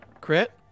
Crit